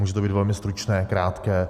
Může to být velmi stručné a krátké.